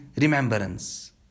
remembrance